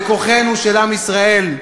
וכוחנו, של עם ישראל,